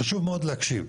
חשוב מאוד להקשיב,